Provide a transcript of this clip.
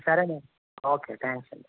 సరేలే okay thanks అండి